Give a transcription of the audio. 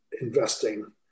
investing